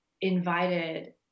invited